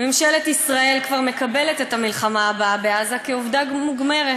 ממשלת ישראל כבר מקבלת את המלחמה הבאה בעזה כעובדה מוגמרת,